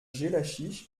jellachich